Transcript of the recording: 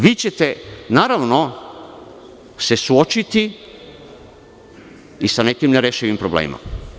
Vi ćete, naravno se suočiti i sa nekim nerešivim problemima.